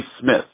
Smith